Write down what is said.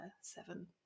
seven